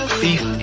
beef